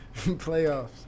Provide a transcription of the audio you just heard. Playoffs